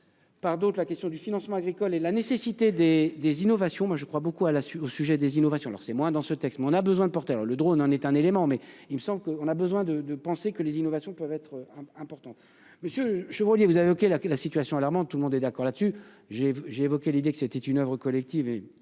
Par d'autres. La question du financement agricole et la nécessité des des innovations. Moi je crois beaucoup à la, au sujet des innovations leur c'est moins dans ce texte, mais on a besoin de porteur. Le drone en est un élément mais il me semble qu'on a besoin de, de penser que les innovations peuvent être. Importantes. Monsieur je vous dis vous avez OK alors que la situation alarmante. Tout le monde est d'accord là-dessus j'ai j'ai évoqué l'idée que c'était une oeuvre collective